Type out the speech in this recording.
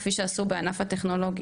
כפי שעשו גם בענף הטכנולוגי.